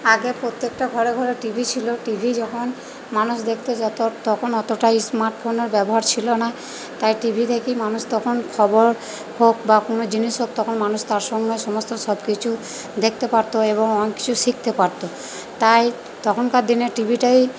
আগে প্রত্যেকটা ঘরে ঘরে টিভি ছিল টিভি যখন মানুষ দেকতে যেত তখন অতটা স্মাটফোনের ব্যবহার ছিল না তাই টিভি দেখেই মানুষ তখন খবর হোক বা কোন জিনিস হোক তখন মানুষ তার সঙ্গে সমস্ত সব কিছু দেখতে পারতো এবং অনেক কিছু শিখতে পারতো তাই তখনকার দিনের টি ভিটাই